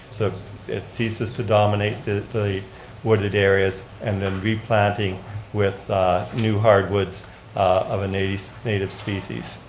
so it ceases to dominate the the wooded areas, and then replanting with new hardwoods of a native native species.